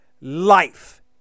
life